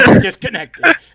disconnected